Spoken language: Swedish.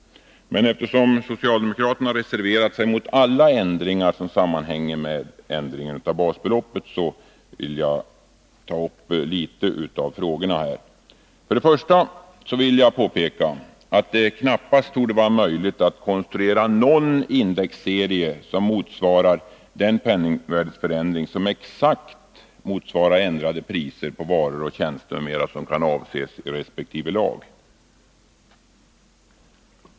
Eftersom socialdemokraterna reserverat sig mot alla ändringar som sammanhänger med ändringen av basbeloppet så vill jag ta upp litet av frågorna här. Jag vill till att börja med påpeka att det knappast torde vara möjligt att konstruera någon indexserie som exakt motsvarar den penningvärdeförändring genom ändrade priser på varor och tjänster m.m. som kan avses i resp. lag.